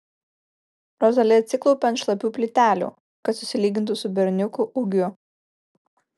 rozali atsiklaupia ant šlapių plytelių kad susilygintų su berniuku ūgiu